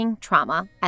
trauma